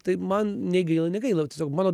tai man nei gaila negaila o tiesiog mano